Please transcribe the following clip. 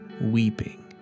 weeping